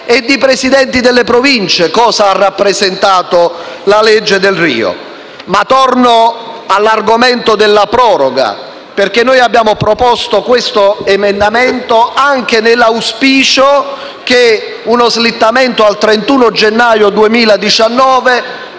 e da presidenti delle Province, cosa ha rappresentato la legge Delrio. Torno all'argomento della proroga, perché abbiamo presentato una proposta emendativa anche nell'auspicio che uno slittamento al 31 gennaio 2019